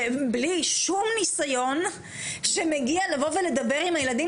שבלי שום ניסיון שמגיע לבוא ולדבר עם הילדים,